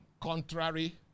contrary